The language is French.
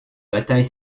bataille